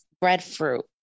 breadfruit